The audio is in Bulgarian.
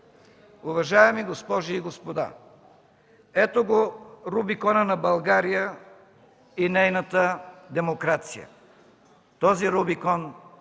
Уважаеми госпожи и господа, ето го рубиконът на България и нейната демокрация. Този рубикон